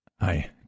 I